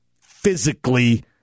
physically